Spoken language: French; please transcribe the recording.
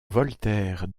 voltaire